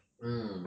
mm